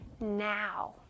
now